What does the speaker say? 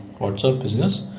what's our business?